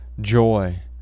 joy